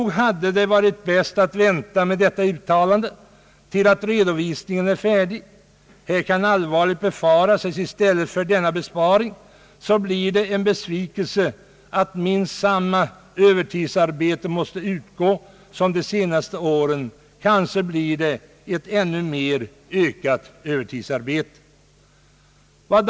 Nog hade det varit bäst att vänta med detta uttalande tills redovisningen var färdig. Det kan allvarligt befaras att i stället för den tänkta besparingen får vi uppleva besvikelsen att minst samma ersättning för övertidsarbete måste utgå som de senaste åren. Kanske ökar övertidsarbetet ännu mer.